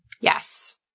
Yes